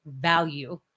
value